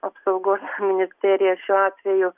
apsaugos ministerija šiuo atveju